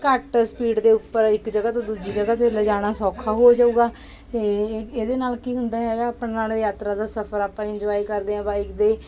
ਘੱਟ ਸਪੀਡ ਦੇ ਉੱਪਰ ਇੱਕ ਜਗ੍ਹਾ ਤੋਂ ਦੂਜੀ ਜਗ੍ਹਾ 'ਤੇ ਲਿਜਾਣਾ ਸੌਖਾ ਹੋ ਜਾਵੇਗਾ ਇਹ ਇਹਦੇ ਨਾਲ ਕੀ ਹੁੰਦਾ ਹੈਗਾ ਆਪਾਂ ਨਾਲੇ ਯਾਤਰਾ ਦਾ ਸਫਰ ਆਪਾਂ ਇੰਜੋਏ ਕਰਦੇ ਹਾਂ ਬਾਈਕ ਦੇ